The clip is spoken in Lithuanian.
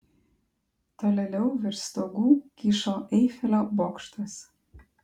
tolėliau virš stogų kyšo eifelio bokštas